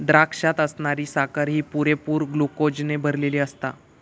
द्राक्षात असणारी साखर ही पुरेपूर ग्लुकोजने भरलली आसता